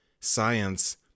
science